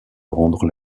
rendre